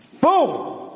boom